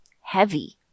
heavy